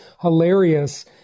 hilarious